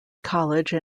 college